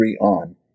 on